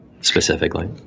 specifically